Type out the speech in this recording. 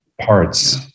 parts